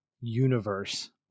universe